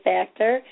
Factor